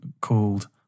called